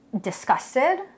disgusted